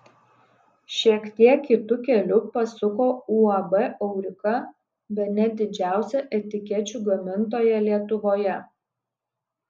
šiek tiek kitu keliu pasuko uab aurika bene didžiausia etikečių gamintoja lietuvoje